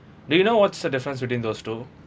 do you know what's the difference between those two